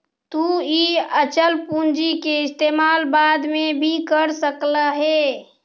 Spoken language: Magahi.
तु इ अचल पूंजी के इस्तेमाल बाद में भी कर सकऽ हे